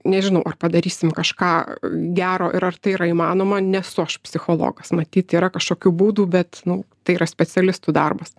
nežinau ar padarysim kažką gero ir ar tai yra įmanoma nesu aš psichologas matyt yra kažkokių būdų bet nu tai yra specialistų darbas